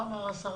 מה אמר השר?